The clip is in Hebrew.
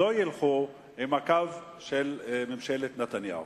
הן לא ילכו עם הקו של ממשלת נתניהו.